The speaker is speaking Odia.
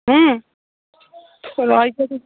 ହୁଁ ରହି